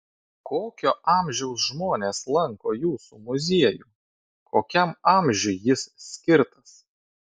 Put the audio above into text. kokio amžiaus žmonės lanko jūsų muziejų kokiam amžiui jis skirtas